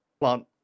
plant